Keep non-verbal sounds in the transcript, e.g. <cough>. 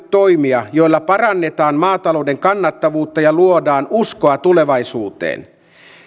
<unintelligible> toimia joilla parannetaan maatalouden kannattavuutta ja luodaan uskoa tulevaisuuteen